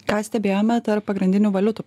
ką stebėjome tarp pagrindinių valiutų